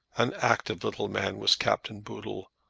an active little man was captain boodle,